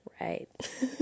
Right